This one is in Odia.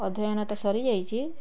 ଅଧ୍ୟୟନ ତ ସରି ଯାଇଛି